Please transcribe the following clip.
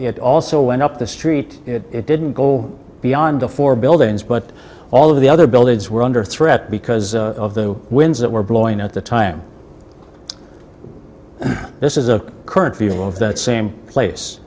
it also went up the street it didn't go beyond the four buildings but all of the other buildings were under threat because of the winds that were blowing at the time this is a current feel of that same place